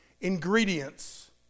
ingredients